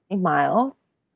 miles